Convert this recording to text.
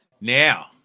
now